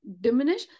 diminish